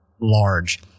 large